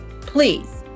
Please